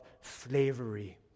slavery